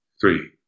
three